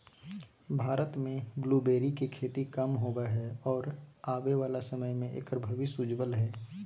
भारत में ब्लूबेरी के खेती कम होवअ हई आरो आबे वाला समय में एकर भविष्य उज्ज्वल हई